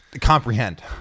comprehend